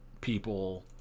people